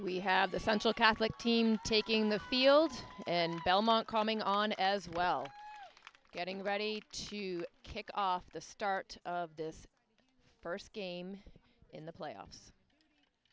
we have the central catholic team taking the field and belmont coming on as well getting ready to kick off the start of this first game in the playoffs